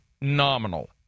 nominal